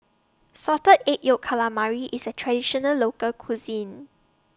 Salted Egg Yolk Calamari IS A Traditional Local Cuisine